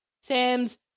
Sam's